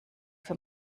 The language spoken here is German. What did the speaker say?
für